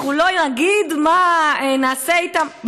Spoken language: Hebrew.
אנחנו לא נגיד מה נעשה איתם.